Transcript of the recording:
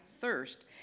thirst